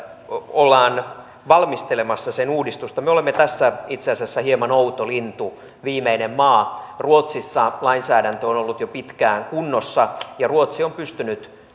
ollaan valmistelemassa me olemme tässä itse asiassa hieman outo lintu viimeinen maa ruotsissa lainsäädäntö on ollut jo pitkään kunnossa ja ruotsi on pystynyt